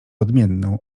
odmienną